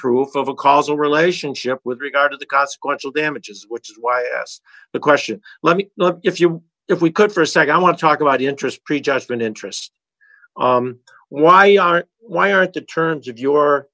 proof of a causal relationship with regard to the consequential damages which is why i asked the question let me know if you if we could for a nd i want to talk about interest prejudgment interest why aren't why aren't the terms of your